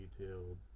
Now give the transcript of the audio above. detailed